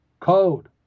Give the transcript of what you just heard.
code